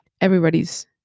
everybody's